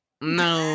No